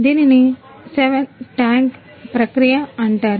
దీనిని 7 ట్యాంక్ ప్రక్రియ అంటారు